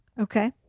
Okay